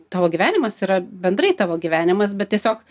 tavo gyvenimas yra bendrai tavo gyvenimas bet tiesiog